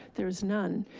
there's none.